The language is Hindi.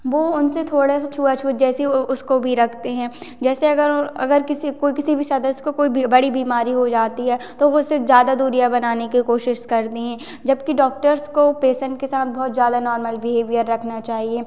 वो उनसे थोड़े से छुआ छूत जैसी उसको भी रखते हैं जैसे अगर अगर किसी कोई किसी भी सदस्य को कोई बी बड़ी बीमारी हो जाती है तो वो उससे ज़्यादा दूरियाँ बनाने की कोशिश करते हैं जबकि डॉक्टर्स को पेशेंट के साथ बहुत ज़्यादा नॉर्मल बिहेवियर रखना चाहिए